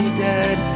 dead